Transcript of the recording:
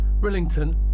Rillington